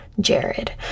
jared